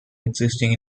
existing